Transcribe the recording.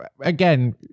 again